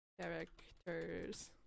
characters